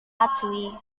matsui